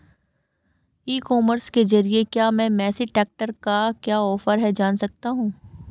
ई commerce के ज़रिए क्या मैं मेसी ट्रैक्टर का क्या ऑफर है जान सकता हूँ?